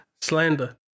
Slander